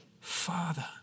Father